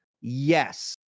yes